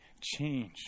change